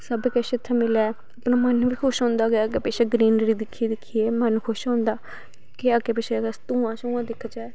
सब किश इत्थैें मिलै अपना मन बी खुश होंदा गै अग्गै पिच्छे गरीनरी दिक्खी दिक्खियै मन खुश होंदा अगर अस अग्गै पिच्छे धुआं शुंआं दिखचै